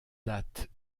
date